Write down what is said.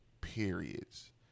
periods